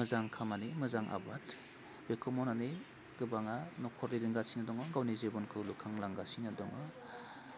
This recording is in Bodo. मोजां खामानि मोजां आबाद बेखौ मावनानै गोबाङा नखर दैदेनगासिनो दङ गावनि जिबनखौ लुखां लांगासिनो दङ